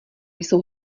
jsou